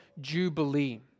Jubilee